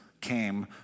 came